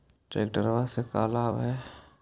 Tractor से का लाभ है?